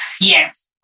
Yes